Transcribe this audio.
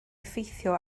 effeithio